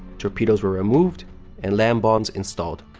torpedoes were removed and land bombs installed.